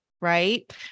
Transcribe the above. right